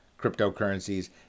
cryptocurrencies